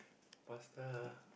pasta